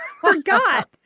forgot